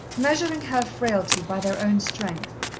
measuring her frailty by their own strength,